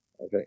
Okay